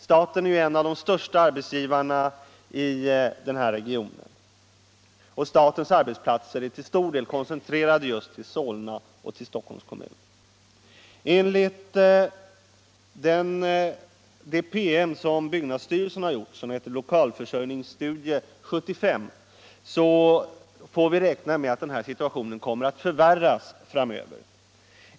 Staten är ju en av de största arbetsgivarna i denna region, och statens arbetsplatser är till stor del koncentrerade till just Solna och Stockholms kommuner. Enligt den PM som byggnadsstyrelsen har skrivit och som heter Lokalförsörjningsstudie 75 får vi räkna med att denna situation kommer att förvärras framöver.